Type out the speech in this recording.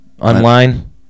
online